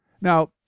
Now